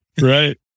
Right